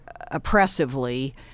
oppressively